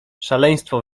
szaleństwo